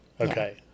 Okay